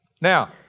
Now